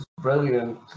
brilliant